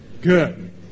good